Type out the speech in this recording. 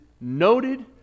noted